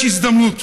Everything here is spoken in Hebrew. יש הזדמנות,